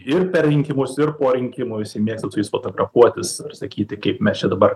ir per rinkimus ir po rinkimų visi mėgsta su jais fotografuotis ir sakyti kaip mes čia dabar